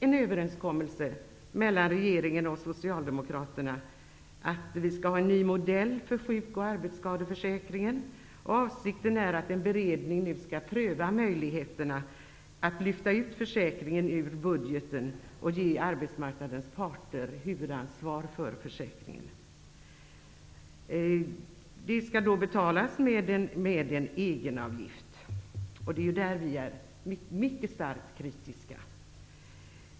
En överenskommelse mellan regeringen och Socialdemokraterna har ju träffats om att det skall bli en ny modell för sjuk och arbetsskadeförsäkringen. Avsikten är att en beredning skall pröva möjligheterna att lyfta ut försäkringen ur budgeten och ge arbetsmarknadens parter huvudansvaret för försäkringen. Det skall betalas med en egenavgift. Där är vi verkligen starkt kritiska.